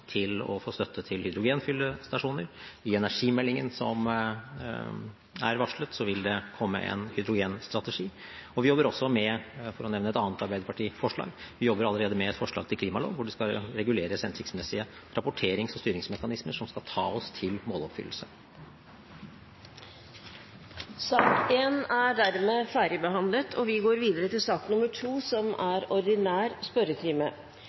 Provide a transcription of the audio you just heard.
til å få støtte til hydrogenfyllestasjoner. I energimeldingen som er varslet, vil det komme en hydrogenstrategi. Vi jobber også med – for å nevne et annet arbeiderpartiforslag – et forslag til klimalov, hvor det skal reguleres hensiktsmessige rapporterings- og styringsmekanismer som skal ta oss til måloppfyllelse. Den muntlige spørretimen er dermed omme. Det blir noen endringer i den oppsatte spørsmålslisten, og presidenten viser i den sammenheng til